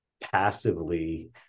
passively